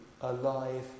alive